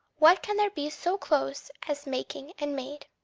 what can there be so close as making and made?